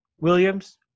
Williams